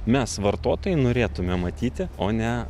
mes vartotojai norėtume matyti o ne